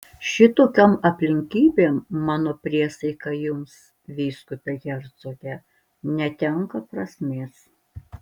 šitokiom aplinkybėm mano priesaika jums vyskupe hercoge netenka prasmės